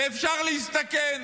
אפשר להסתכן